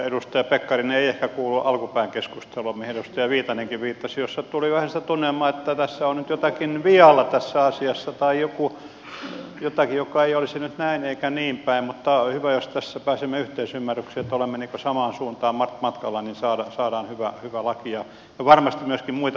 edustaja pekkarinen ei ehkä kuullut alkupään keskustelua mihin edustaja viitanenkin viittasi jossa tuli vähän sitä tunnelmaa että tässä asiassa on nyt jotakin vialla tai jotakin joka ei olisi nyt näin eikä niin päin mutta hyvä jos tässä pääsemme yhteisymmärrykseen että olemme samaan suuntaan matkalla niin saadaan hyvä laki ja varmasti myöskin muita lakeja